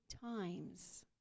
times